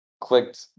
clicked